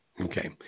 Okay